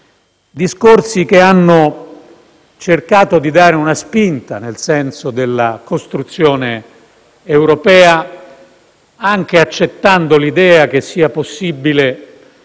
discorsi che hanno cercato di dare una spinta nel senso della costruzione europea, anche accettando l'idea che sia possibile